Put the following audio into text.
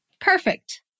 perfect